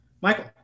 Michael